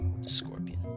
scorpion